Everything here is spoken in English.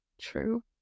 true